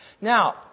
Now